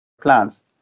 plans